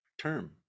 term